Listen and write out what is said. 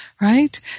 right